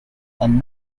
and